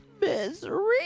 misery